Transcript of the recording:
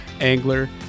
angler